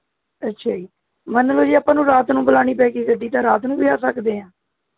ਅੱਛਾ ਜੀ ਮੰਨ ਲਉ ਜੇ ਆਪਾਂ ਨੂੰ ਰਾਤ ਨੂੰ ਬੁਲਾਉਣੀ ਪੈ ਗਈ ਗੱਡੀ ਤਾਂ ਰਾਤ ਨੂੰ ਵੀ ਆ ਸਕਦੇ ਹਾਂ